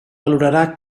valorarà